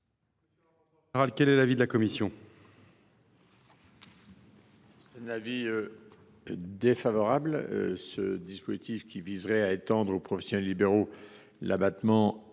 Quel est l’avis de la commission ?